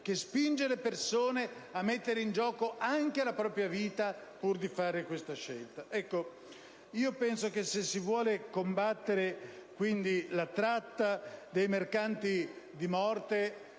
spingendo le persone a mettere in gioco anche la propria vita, pur di fare questa scelta. Se si vuole combattere la tratta dei mercanti di morte